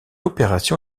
opération